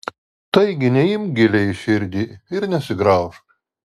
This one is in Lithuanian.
taigi neimk giliai į širdį ir nesigraužk